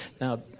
Now